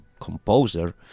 Composer